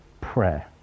prayer